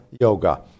yoga